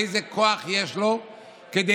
איזה כוח יש לו לדרוש